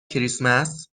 کریسمس